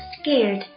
scared